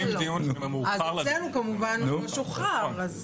אז אצלנו כמובן הוא משוחרר.